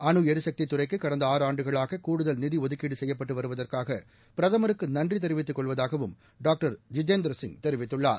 அனு எரிசக்தித் துறைக்கு கடந்த ஆறு ஆண்டுகளாக கூடுதல் நிதி ஒதுக்கீடு செய்யப்பட்டு வருவதற்காக பிரதமருக்கு நன்றி தெரிவித்துக் கொள்வதாகவும் டாக்டர் ஜிதேந்திரசிய் தெரிவித்துள்ளார்